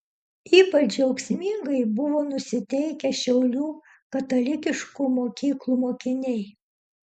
ypač džiaugsmingai buvo nusiteikę šiaulių katalikiškų mokyklų mokiniai